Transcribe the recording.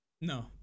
No